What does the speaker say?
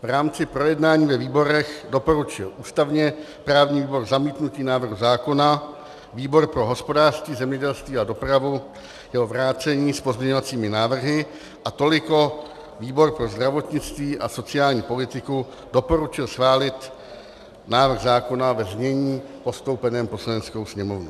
V rámci projednání ve výborech doporučil ústavněprávní výbor zamítnutí návrhu zákona, výbor pro hospodářství, zemědělství a dopravu jeho vrácení s pozměňovacími návrhy a toliko výbor pro zdravotnictví a sociální politiku doporučil schválit návrh zákona ve znění postoupeném Poslaneckou sněmovnou.